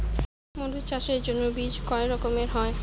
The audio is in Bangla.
মরিচ চাষের জন্য বীজ কয় রকমের হয়?